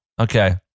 Okay